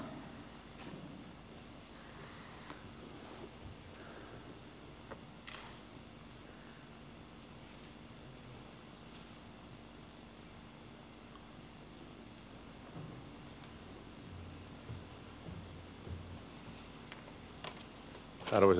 arvoisa puhemies